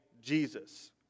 Jesus